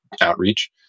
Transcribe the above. outreach